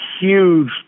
huge